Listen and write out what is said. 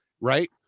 right